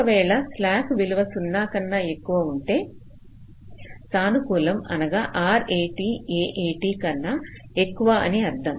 ఒకవేళ స్లాక్ విలువ 0 కన్నా ఎక్కువ ఉంటే సానుకూలం అనగా RAT AAT కన్నా ఎక్కువ అని అర్థం